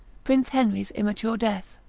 prince henry's immature death,